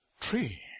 tree